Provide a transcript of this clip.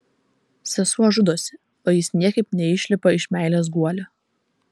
sesuo žudosi o jis niekaip neišlipa iš meilės guolio